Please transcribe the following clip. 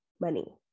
money